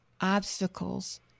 obstacles